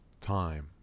time